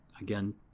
again